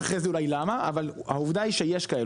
--- למה, אבל העובדה היא שיש כאלה.